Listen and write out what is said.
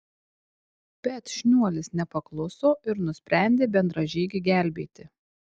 bet šniuolis nepakluso ir nusprendė bendražygį gelbėti